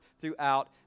throughout